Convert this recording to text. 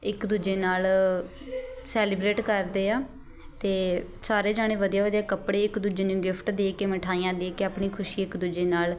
ਇੱਕ ਦੂਜੇ ਨਾਲ ਸੈਲੀਬ੍ਰੇਟ ਕਰਦੇ ਆ ਅਤੇ ਸਾਰੇ ਜਾਣੇ ਵਧੀਆ ਵਧੀਆ ਕੱਪੜੇ ਇੱਕ ਦੂਜੇ ਨੂੰ ਗਿਫ਼ਟ ਦੇ ਕੇ ਮਿਠਾਈਆਂ ਦੇ ਕੇ ਆਪਣੀ ਖੁਸ਼ੀ ਇੱਕ ਦੂਜੇ ਨਾਲ